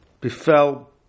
befell